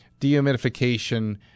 dehumidification